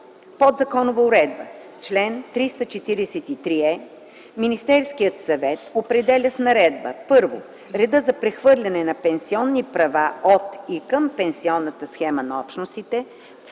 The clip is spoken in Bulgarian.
Подзаконова уредба Чл. 343е. Министерският съвет определя с наредба: 1. реда за прехвърляне на пенсионни права от и към пенсионната схема на Общностите; 2.